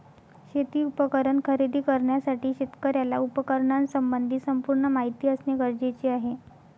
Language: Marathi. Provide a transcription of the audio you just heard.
शेती उपकरण खरेदी करण्यासाठी शेतकऱ्याला उपकरणासंबंधी संपूर्ण माहिती असणे गरजेचे आहे